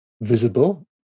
visible